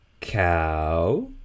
Cow